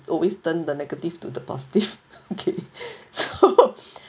always turn the negative to the positive okay so